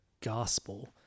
gospel